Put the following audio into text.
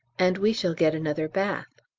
and we shall get another bath.